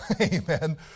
Amen